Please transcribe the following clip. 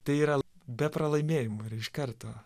tai yra be pralaimėjimų ir iš karto